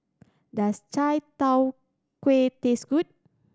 does chai tow kway taste good